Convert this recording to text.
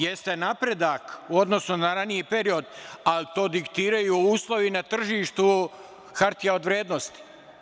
Jeste napredak u odnosu na raniji period, ali to diktiraju uslovi na tržištu hartija od vrednosti.